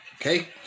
Okay